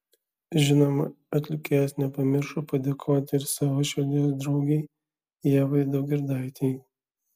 žinoma atlikėjas nepamiršo padėkoti ir savo širdies draugei ievai daugirdaitei